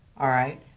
alright,